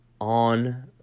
On